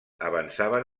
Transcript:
avançaven